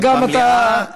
וגם אתה,